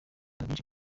ibibazo